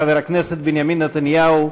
חבר הכנסת בנימין נתניהו,